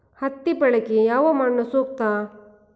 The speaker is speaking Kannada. ಹತ್ತಿ ಬೆಳೆಗೆ ಯಾವ ಮಣ್ಣು ಸೂಕ್ತ?